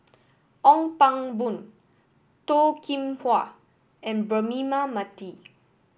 Ong Pang Boon Toh Kim Hwa and Braema Mathi